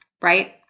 right